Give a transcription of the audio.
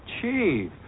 Chief